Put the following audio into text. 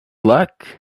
luck